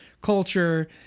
culture